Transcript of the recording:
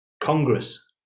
Congress